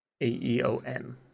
A-E-O-N